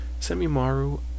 Semimaru